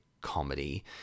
comedy